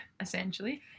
essentially